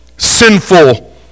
sinful